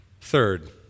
Third